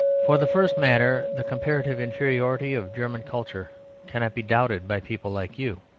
for the first matter, the comparative inferiority of german culture cannot be doubted by people like you.